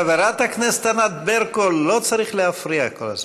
חברת הכנסת ענת ברקו, לא צריך להפריע כל הזמן.